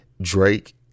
Drake